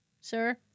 sir